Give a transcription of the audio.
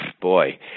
Boy